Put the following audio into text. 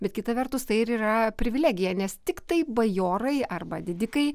bet kita vertus tai ir yra privilegija nes tiktai bajorai arba didikai